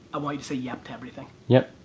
i want you to say yep to everything. yep.